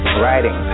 writing